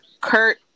Kurt